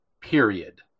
period